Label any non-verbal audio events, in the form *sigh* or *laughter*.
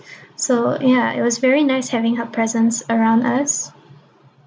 *breath* so ya it was very nice having her presence around us